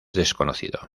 desconocido